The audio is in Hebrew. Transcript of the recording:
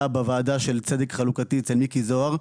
עלה בוועדה של צדק חלוקתי אצל מיקי זוהר,